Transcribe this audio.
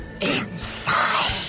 Inside